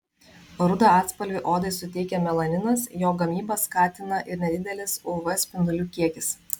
rudą atspalvį odai suteikia melaninas jo gamybą skatina ir nedidelis uv spindulių kiekis